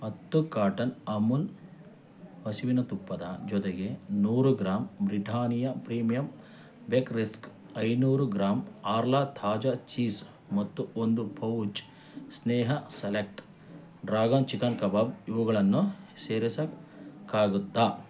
ಹತ್ತು ಕಾಟನ್ ಅಮೂಲ್ ಹಸುವಿನ ತುಪ್ಪದ ಜೊತೆಗೆ ನೂರು gram Britannia premium bake rusk ಐನೂರು ಗ್ರಾಮ್ ಆರ್ಲಾ ತಾಜಾ ಚೀಸ್ ಮತ್ತು ಒಂದು pouch Sneha select dragon chicken kebab ಇವುಗಳನ್ನು ಸೇರಿಸೋಕ್ಕಾಗುತ್ತಾ